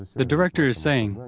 the director is saying,